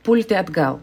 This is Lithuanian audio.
pulti atgal